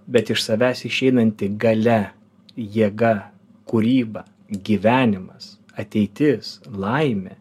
bet iš savęs išeinanti galia jėga kūryba gyvenimas ateitis laimė